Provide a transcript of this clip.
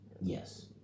Yes